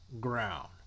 ground